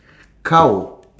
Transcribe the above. cow